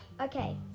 Okay